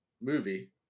movie